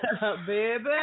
baby